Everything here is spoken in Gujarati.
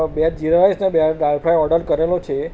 બે જીરા રાઈસ ને બે દાલ ફ્રાય ઓડર કરેલો છે